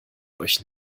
euch